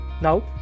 Now